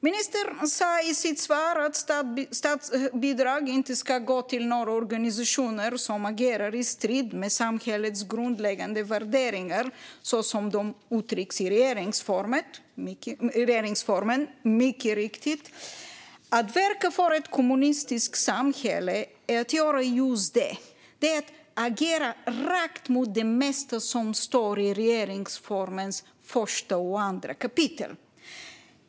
Ministern sa i sitt svar att statsbidrag inte ska gå till några organisationer som agerar i strid med samhällets grundläggande värderingar så som de uttrycks i regeringsformen. Det är mycket riktigt. Att verka för ett kommunistiskt samhälle är att göra just detta. Det är att agera rakt emot det mesta som står i regeringsformens första och andra kapitel.